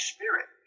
Spirit